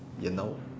you know